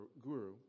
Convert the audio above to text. guru